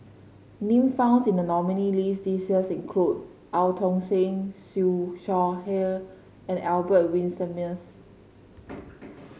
names found in the nominees' list this year include Eu Tong Sen Siew Shaw Her and Albert Winsemius